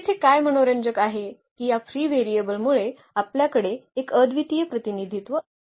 तर येथे काय मनोरंजक आहे की या फ्री व्हेरिएबल मुळे आमच्याकडे एक अद्वितीय प्रतिनिधित्व आहे